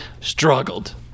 struggled